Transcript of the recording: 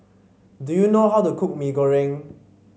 do you know how to cook Mee Goreng